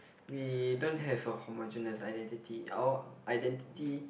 we don't have a homogeneous identity our identity